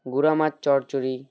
গুড়া মাছ চচ্চড়ি